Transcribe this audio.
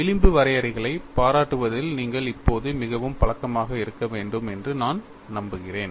விளிம்பு வரையறைகளை பாராட்டுவதில் நீங்கள் இப்போது மிகவும் பழக்கமாக இருக்க வேண்டும் என்று நான் நம்புகிறேன்